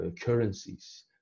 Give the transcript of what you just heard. currencies